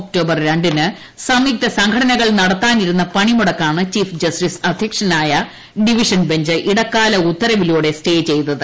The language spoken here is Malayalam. ഒക്ടോബർ ര ിന് സംയുക്ത സംഘടനകൾ നടത്താനിരുന്ന പണിമുടക്കാണ് ചീഫ് ജസ്റ്റിസ് അധ്യക്ഷനായ ഡിവിഷൻ ബഞ്ച് ഇടക്കാല ഉത്തരവിലൂടെ സ്റ്റേ ചെയ്തത്